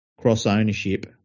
Cross-ownership